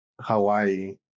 Hawaii